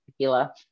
tequila